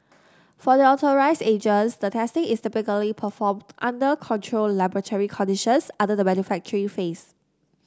for the authorised agents the testing is typically performed under controlled laboratory conditions under the manufacturing phase